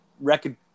record